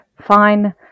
fine